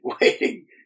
waiting